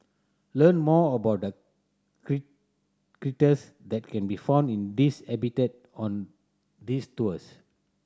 learn more about the critters that can be found in this habitat on these tours